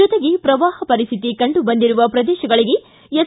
ಜೊತೆಗೆ ಪ್ರವಾಹ ಪರಿಸ್ಥಿತಿ ಕಂಡು ಬಂದಿರುವ ಪ್ರದೇಶಗಳಿಗೆ ಎಸ್